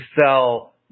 sell